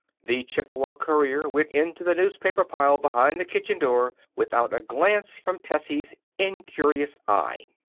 the chippewa courier went into the newspaper pile behind the kitchen door without a glance from tessie's incurious eye.